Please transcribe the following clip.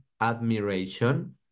admiration